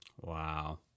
Wow